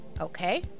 Okay